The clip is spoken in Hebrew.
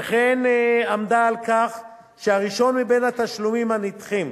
וכן על כך שהראשון מהתשלומים הנדחים,